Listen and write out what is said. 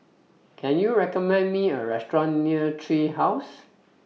Can YOU recommend Me A Restaurant near Tree House